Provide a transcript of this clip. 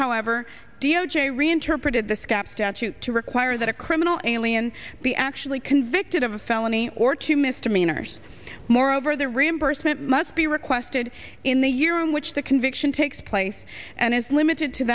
however d o j reinterpreted the scap statute to require that a criminal alien be actually convicted of a felony or two misdemeanors moreover the reimbursement must be requested in the year in which the conviction takes place and is limited to